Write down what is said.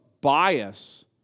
bias